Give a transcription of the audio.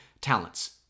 talents